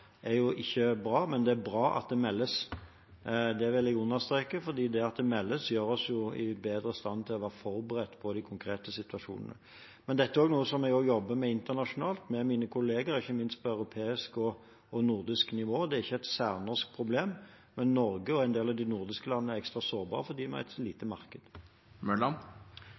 er jo ikke bra, men det er bra at det meldes. Det vil jeg understreke, for det at det meldes, gjør oss i bedre stand til å være forberedt på de konkrete situasjonene. Men dette er noe som jeg også jobber med internasjonalt med mine kolleger, ikke minst på europeisk og nordisk nivå. Det er ikke et særnorsk problem, men Norge og en del av de nordiske landene er ekstra sårbare fordi vi er et lite marked.